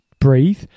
Breathe